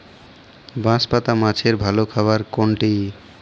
বাঁশপাতা মাছের ভালো খাবার কোনটি?